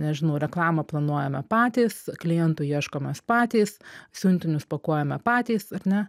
nežinau reklamą planuojame patys klientų ieškomės patys siuntinius pakuojame patys ar ne